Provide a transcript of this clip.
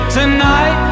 tonight